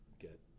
get